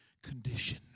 condition